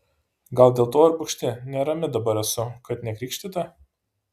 gal dėl to ir bugšti nerami dabar esu kad nekrikštyta